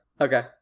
okay